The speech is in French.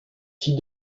fit